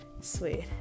Sweet